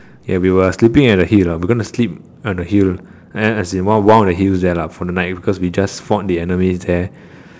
ya we were sleeping at the hill ah we're gonna sleep on the hill as in one one of the hill there for the night because we just fought the enemies there